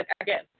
again